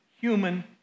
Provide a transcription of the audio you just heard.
human